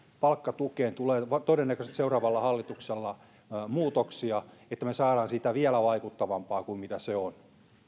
palkkatukeen tulee todennäköisesti seuraavalla hallituskaudella muutoksia että me saamme siitä vielä vaikuttavampaa kuin mitä se on